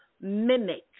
mimic